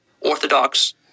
Orthodox